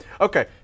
Okay